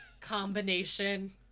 combination